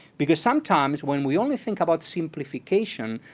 because sometimes when we only think about simplification,